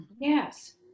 Yes